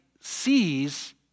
sees